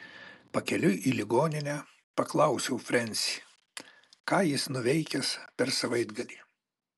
pakeliui į ligoninę paklausiau frensį ką jis nuveikęs per savaitgalį